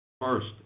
First